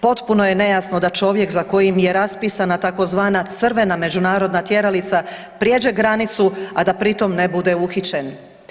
Potpuno je nejasno da čovjek za kojim je raspisana tzv. crvena međunarodna tjeralica prijeđe granicu a da pri tom ne bude uhićen.